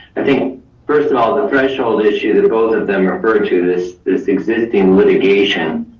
i think first of all, the threshold issue that both of them are burned to this, this existing litigation